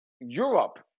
Europe